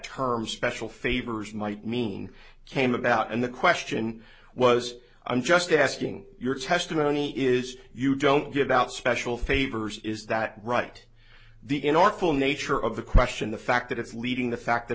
term special favors might mean came about and the question was i'm just asking your testimony is you don't give out special favors is that right the in artful nature of the question the fact that it's leading the fact that